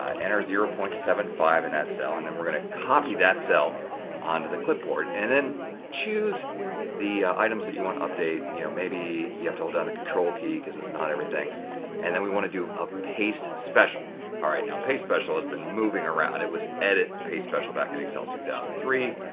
ah enter zero point seven five in that cell and then we're going to copy that cell onto the clipboard and then choose the items that you want to update you know maybe you have to hold on the control key because it's not everything and then we want to do a paste special all right now paste special has been moving around. it was edit paste special back in excel two thousand and three.